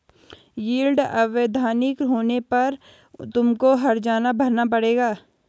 yield अवैधानिक होने पर तुमको हरजाना भरना पड़ेगा